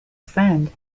friend